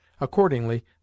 Accordingly